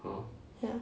ya